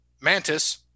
mantis